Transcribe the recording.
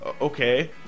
Okay